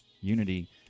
Unity